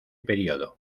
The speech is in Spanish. periodo